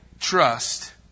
trust